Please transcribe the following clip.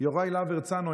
יוראי להב הרצנו,